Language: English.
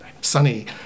sunny